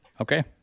Okay